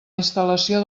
instal·lació